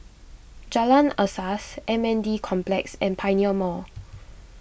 Jalan Asas M N D Complex and Pioneer Mall